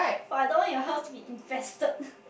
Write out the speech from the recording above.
but I don't want your house to be infested